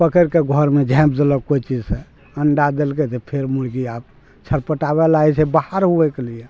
पकैड़िके घरमे झाॅंपि देलक कोइ चीज से अण्डा देलकै तऽ फेर मुर्गी आब छरपटाबै लागै छै बाहर हुवैके लिए